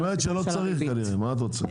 היא אומרת שלא צריך כנראה מה את רוצה?